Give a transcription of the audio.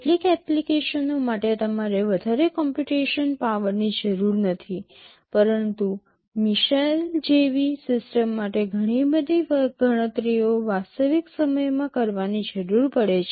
કેટલીક એપ્લિકેશનો માટે તમારે વધારે કોમ્પ્યુટેશન પાવર ની જરૂર નથી પરંતુ મિસાઇલ જેવી સિસ્ટમ માટે ઘણી બધી ગણતરીઓ વાસ્તવિક સમયમાં કરવાની જરૂર પડે છે